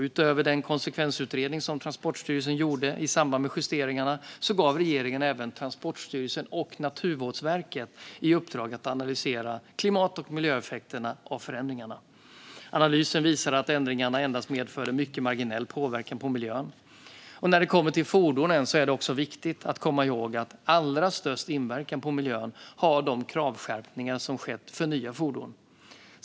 Utöver den konsekvensutredning som Transportstyrelsen gjorde i samband med justeringarna gav regeringen även Transportstyrelsen och Naturvårdsverket i uppdrag att analysera klimat och miljöeffekterna av förändringarna. Analyser visade att ändringarna endast medfört mycket marginell påverkan på miljön. När det kommer till fordonen är det också viktigt att komma ihåg att allra störst inverkan på miljön har de kravskärpningar som skett för nya fordon.